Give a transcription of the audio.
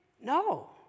No